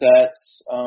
sets